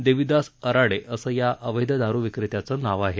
देविदास अराडे असं या अवैध दारु विक्रेत्याचं नाव आहे